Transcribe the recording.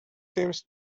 seems